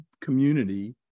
community